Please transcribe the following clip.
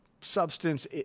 substance